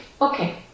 Okay